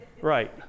Right